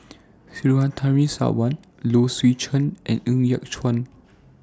Surtini Sarwan Low Swee Chen and Ng Yat Chuan